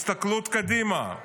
הסתכלות קדימה: